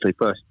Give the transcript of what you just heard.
first